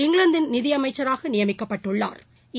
இங்கிலாந்தின் நிதி அமைச்சராக நியமிக்கப்பட்டுள்ளாா்